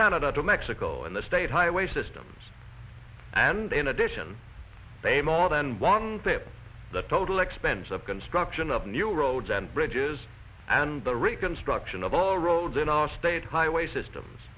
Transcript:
canada to mexico and the state highway system and in addition pay more than one third of the total expense of construction of new roads and bridges and the reconstruction of all roads in our state highway systems